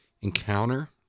encounter